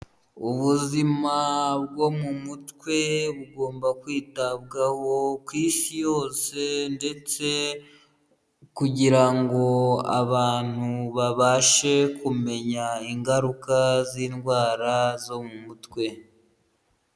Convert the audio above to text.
Ubuzima bwo mu mutwe bugomba kwitabwaho ku isi yose ndetse kugira ngo abantu babashe kumenya ingaruka z'indwara zo mu mutwe.